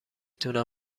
تونم